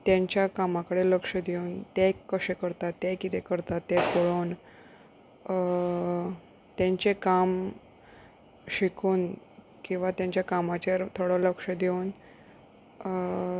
तेंच्या कामां कडेन लक्ष दिवन ते कशें करता ते कितें करता तें पळोवन तेंचें काम शिकून किंवा तेंच्या कामाचेर थोडें लक्ष दिवन